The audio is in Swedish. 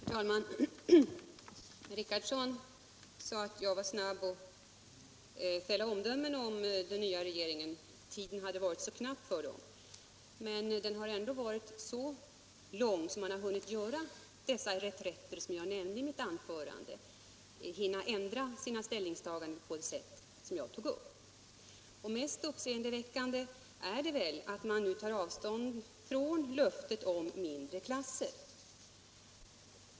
Herr talman! Herr Richardson sade att jag var snabb att fälla omdömen om den nya regeringen — dess tid har ännu varit så knapp. Men den har ändå varit så lång, att man hunnit göra de reträtter som jag nämnde i mitt anförande och ändra sina ställningstaganden på det sätt som jag tog upp. Mest uppseendeväckande är det väl att man nu tar avstånd från löftet om mindre klasser.